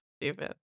stupid